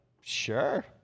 sure